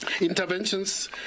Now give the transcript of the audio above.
Interventions